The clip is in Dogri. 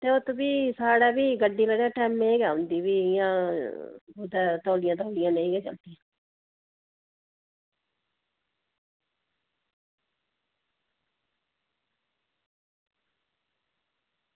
ते उत्त फ्ही साढ़े बी गड्डी कदें टैमे दी गै औंदी फ्ही इं'या उत्थें तौली तौलियै नेईं गै चलदियां